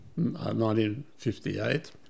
1958